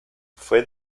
fue